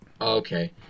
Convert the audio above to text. Okay